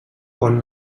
pont